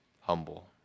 humble